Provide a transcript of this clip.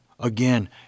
Again